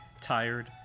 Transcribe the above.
tired